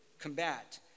combat